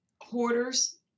hoarders